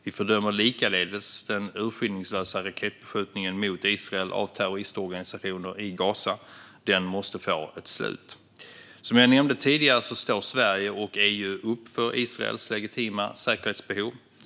Vi fördömer likaledes den urskillningslösa raketbeskjutningen mot Israel av terroristorganisationer i Gaza. Den måste få ett slut. Som jag nämnde tidigare står Sverige och EU upp för Israels legitima säkerhetsbehov.